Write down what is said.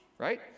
Right